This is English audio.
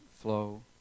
flow